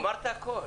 אמרת הכול.